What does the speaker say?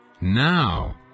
Now